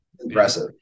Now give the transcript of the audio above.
Impressive